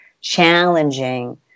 challenging